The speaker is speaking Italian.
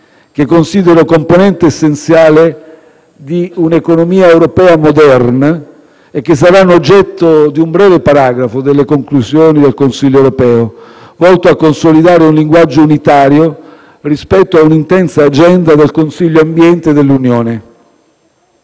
che considero componente essenziale di un'economia europea moderna e che saranno oggetto di un breve paragrafo delle conclusioni del Consiglio europeo, volto a consolidare un linguaggio unitario rispetto a un'intensa agenda del Consiglio ambiente dell'Unione.